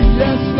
yes